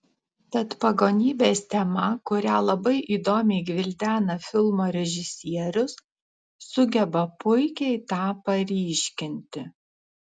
tad pagonybės tema kurią labai įdomiai gvildena filmo režisierius sugeba puikiai tą paryškinti